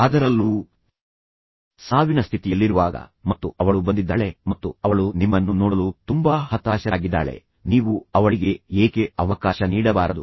ಅದರಲ್ಲೂ ಸಾವಿನ ಸ್ಥಿತಿಯಲ್ಲಿರುವಾಗ ಮತ್ತು ಅವಳು ಬಂದಿದ್ದಾಳೆ ಮತ್ತು ಅವಳು ನಿಮ್ಮನ್ನು ನೋಡಲು ತುಂಬಾ ಹತಾಶರಾಗಿದ್ದಾಳೆ ನೀವು ಅವಳಿಗೆ ಏಕೆ ಅವಕಾಶ ನೀಡಬಾರದು